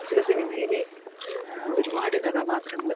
ചില സിനിമയിലെ ഒരുപാട് കഥാപാത്രങ്ങൾ